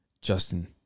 Justin